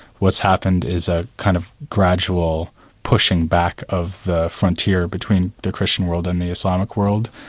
what's happened is a kind of gradual pushing back of the frontier between the christian world and the islamic world,